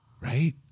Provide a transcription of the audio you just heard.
Right